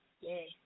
Yay